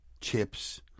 chips